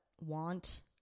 want